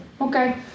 Okay